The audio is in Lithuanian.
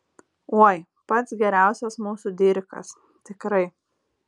oi pats geriausias mūsų dirikas tikrai